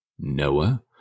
Noah